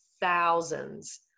thousands